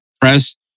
press